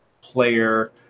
player